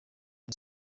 ubu